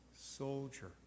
Soldier